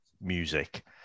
music